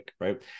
right